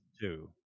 two